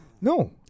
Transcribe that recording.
no